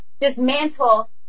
dismantle